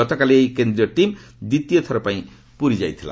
ଗତକାଲି ଏହି କେନ୍ଦ୍ରୀୟ ଟିମ୍ ଦ୍ୱିତୀୟ ଥରପାଇଁ ପୁରୀ ଯାଇଥିଲା